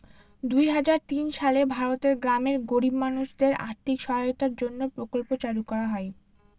দুই হাজার তিন সালে ভারতের গ্রামের গরিব মানুষদের আর্থিক সহায়তার জন্য প্রকল্প চালু করা হয়